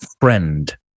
friend